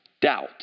doubt